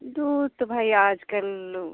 दूध तो भाई आजकल